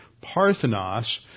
Parthenos